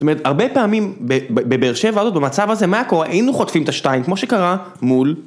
זאת אומרת, הרבה פעמים בבאר שבע ועוד במצב הזה, מה קורה, היינו חוטפים את השתיים, כמו שקרה, מול...